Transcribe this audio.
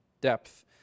depth